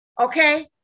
Okay